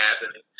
happening